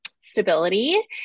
stability